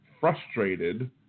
frustrated